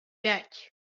пять